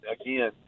again